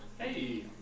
Hey